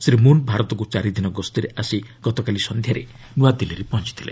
Shri Moon ଭାରତକୁ ଚାରିଦିନ ଗସ୍ତରେ ଆସି ଗତକାଲି ସନ୍ଧ୍ୟାରେ ନ୍ତଆଦିଲ୍ଲୀରେ ପହଞ୍ଚିଥିଲେ